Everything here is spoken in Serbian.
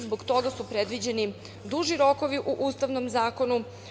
Zbog toga su predviđeni duži rokovi u Ustavnom zakonu.